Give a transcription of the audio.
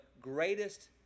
greatest